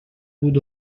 بود